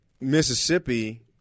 Mississippi